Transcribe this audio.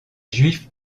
juifs